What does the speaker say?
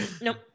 Nope